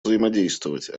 взаимодействовать